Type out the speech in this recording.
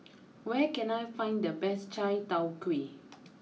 where can I find the best Chai tow Kuay